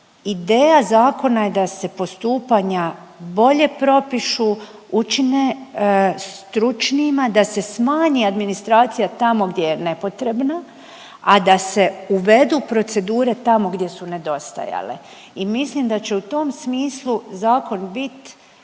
Ideja zakona je da se postupanja bolje propišu, učine stručnima, da se smanji administracija tamo gdje je nepotrebna, a da se uvedu procedure tamo gdje su nedostajale i mislim da će u tom smislu zakon bit